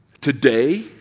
today